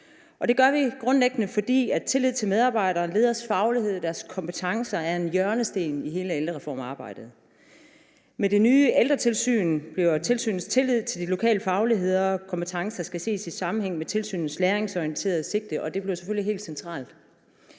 Det gør vi grundlæggende, fordi tilliden til medarbejdere og lederes faglighed og kompetencer er en hjørnesten i hele ældrereformarbejdet Med det nye ældretilsyn bliver tilsynets tillid til de lokale fagligheder og kompetencer styrket, og det skal ses i sammenhæng med tilsynets læringsorienterede sigte, og det bliver selvfølgelig helt centralt.